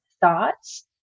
thoughts